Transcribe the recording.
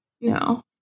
no